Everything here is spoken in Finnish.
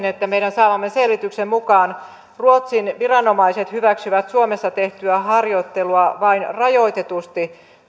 että meidän saamamme selvityksen mukaan ruotsin viranomaiset hyväksyvät suomessa tehtyä harjoittelua vain rajoitetusti